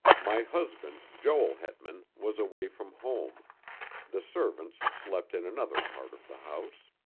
my husband, joel hetman, was away from home the servants slept in another part of the house.